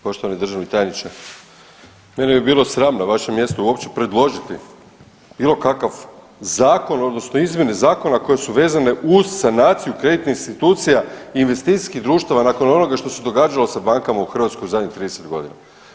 Poštovani državni tajniče, mene bi bilo sram na vašem mjestu uopće predložiti bilo kakav zakon odnosno izmjene zakona koje su vezana uz sanaciju kreditnih institucija investicijskih društava nakon onoga što se događalo sa bankama u Hrvatskoj u zadnjih 30 godina.